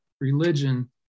religion